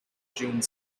june